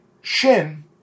Shin